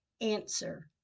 answer